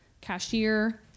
cashier